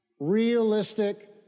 realistic